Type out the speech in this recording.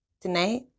Tonight